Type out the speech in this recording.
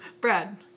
brad